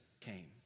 came